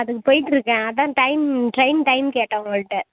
அதுக்கு போயிட்டுருக்கேன் அதான் டைம் ட்ரெயின் டைம் கேட்டேன் உங்கள்கிட்ட